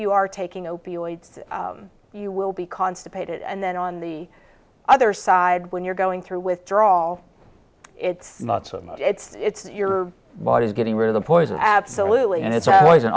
you are taking opioids you will be constipated and then on the other side when you're going through withdrawal it's not so much it's your body's getting rid of the poison absolutely and it's always an